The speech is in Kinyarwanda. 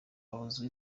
abuzwa